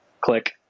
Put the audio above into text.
click